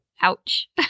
Ouch